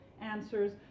answers